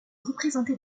représenter